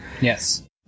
Yes